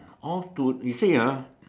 all to you say ah